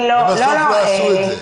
ובסוף לא עשו את זה.